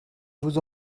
vous